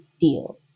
deal